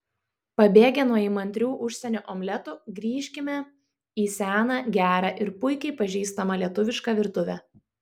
pabėgę nuo įmantrių užsienio omletų grįžkime į seną gerą ir puikiai pažįstamą lietuvišką virtuvę